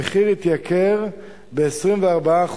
המחיר עלה ב-24%,